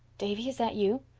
davy, is that you?